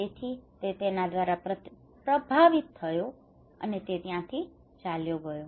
તેથી તે તેના દ્વારા પ્રભાવિત થયો અને તે ત્યાંથી ચાલ્યો ગયો